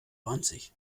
ranzig